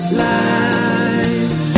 life